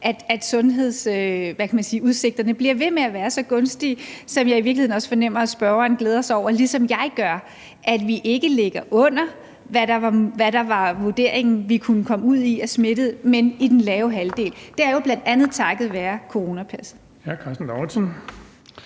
at sundhedsudsigterne bliver ved med at være så gunstige, som jeg i virkeligheden også fornemmer at spørgeren glæder sig over, ligesom jeg gør, nemlig at vi ikke ligger under, hvad der var vurderingen vi kunne komme ud i af smittede, men i den lave halvdel. Det er jo bl.a. takket være coronapasset.